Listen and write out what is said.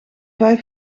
vijf